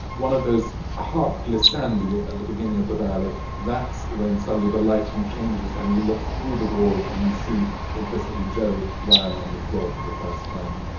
one of those harp glissandi at the beginning of the ballet, that's when suddenly the lighting changes and you look through the doors and you see implicitly joe lying on the floor for the first time.